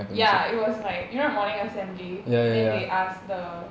ya it was like you know the morning assembly then they ask the